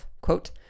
quote